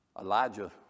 Elijah